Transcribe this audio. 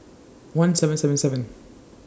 one seven seven seven